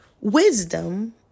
wisdom